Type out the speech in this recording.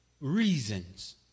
reasons